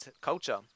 culture